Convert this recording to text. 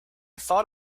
thought